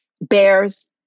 bears